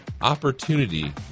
opportunity